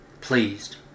pleased